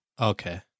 Okay